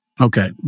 Okay